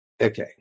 Okay